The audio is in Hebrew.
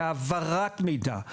בהעברת מידע,